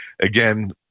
again